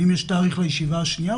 האם יש תאריך לישיבה שנייה,